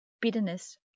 bitterness